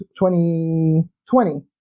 2020